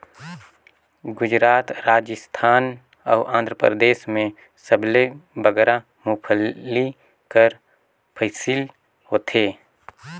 गुजरात, राजिस्थान अउ आंध्रपरदेस में सबले बगरा मूंगफल्ली कर फसिल होथे